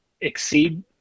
exceed